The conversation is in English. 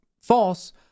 false